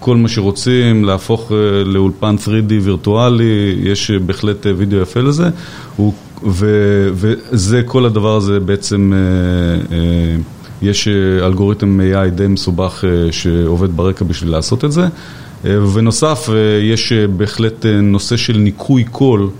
כל מה שרוצים להפוך לאולפן 3D וירטואלי, יש בהחלט וידאו יפה לזה. וזה, כל הדבר הזה בעצם, יש אלגוריתם AI די מסובך שעובד ברקע בשביל לעשות את זה. ובנוסף, יש בהחלט נושא של ניקוי קול.